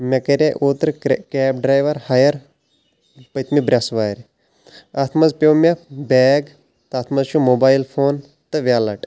مےٚ کرے اوترٕ کیب ڈریور ہایر پٔتۍ مہِ برٚیس وارِ اَتھ منٛز پیٛو مےٚ بیگ تَتھ منٛز چھ موبایل فون تہٕ ویٚلٹ